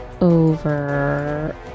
over